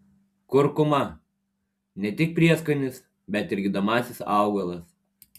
kurkuma ne tik prieskonis bet ir gydomasis augalas